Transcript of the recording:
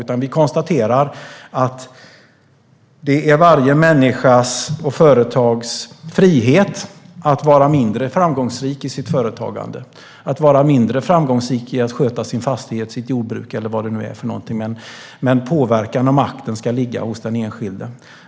Jag konstaterar att det är varje människas och företags frihet att vara mindre framgångsrik i sitt företagande och att vara mindre framgångsrik i att sköta sin fastighet eller sitt jordbruk. Men påverkan och makten ska ligga hos den enskilde.